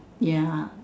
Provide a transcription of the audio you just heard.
ya